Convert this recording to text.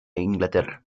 inglaterra